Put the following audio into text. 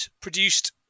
produced